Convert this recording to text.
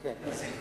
כן.